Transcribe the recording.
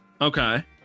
okay